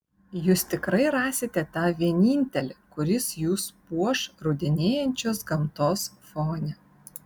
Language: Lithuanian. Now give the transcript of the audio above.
jūs tikrai rasite tą vienintelį kuris jus puoš rudenėjančios gamtos fone